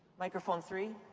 microphone three?